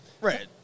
Right